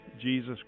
jesus